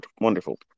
wonderful